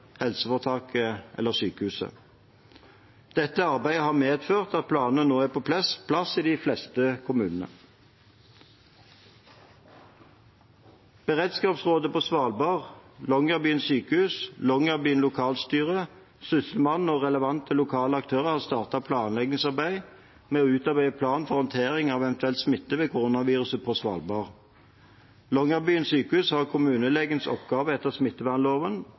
eller sykehus. Dette arbeidet har medført at planene nå er på plass i de fleste kommunene. Beredskapsrådet på Svalbard – Longyearbyen sykehus, Longyearbyen lokalstyre, Sysselmannen og relevante lokale aktører – har startet et planleggingsarbeid med å utarbeide plan for håndtering av eventuell smitte med koronaviruset på Svalbard. Longyearbyen sykehus har kommunelegens oppgaver etter smittevernloven,